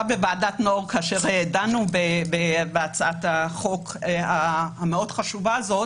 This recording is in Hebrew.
בוועדת נאור כאשר דנו בהצעת החוק המאוד חשובה הזאת,